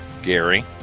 gary